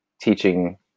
teaching